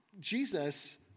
Jesus